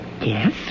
Yes